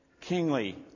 kingly